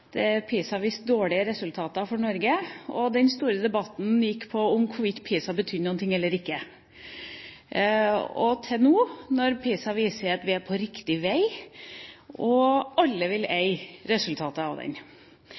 da PISA viste dårlige resultater for Norge, og den store debatten gikk på om hvorvidt PISA betydde noe eller ikke, og til nå, når PISA viser at vi er på riktig vei, og alle vil eie resultatene av den.